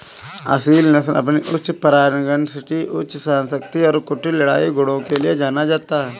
असील नस्ल अपनी पगनासिटी उच्च सहनशक्ति और कुटिल लड़ाई गुणों के लिए जाना जाता है